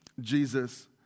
Jesus